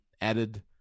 added